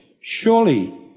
surely